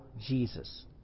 Jesus